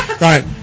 Right